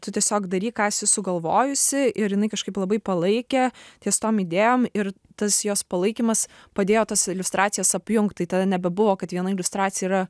tu tiesiog daryk ką esi sugalvojusi ir jinai kažkaip labai palaikė ties tom idėjom ir tas jos palaikymas padėjo tas iliustracijas apjungt tai tada nebebuvo kad viena iliustracija yra